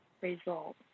result